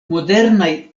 modernaj